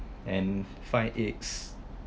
and find aids